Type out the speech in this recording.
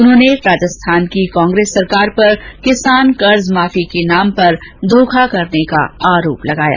उन्होंने राजस्थान की कांग्रेस सरकार पर किसान कर्जमाफी के नाम पर धोखा करने का आरोप लगाया